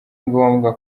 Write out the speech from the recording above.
ngombwa